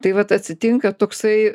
tai vat atsitinka toksai